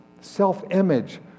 self-image